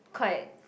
quite